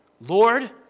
Lord